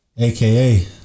AKA